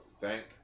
thank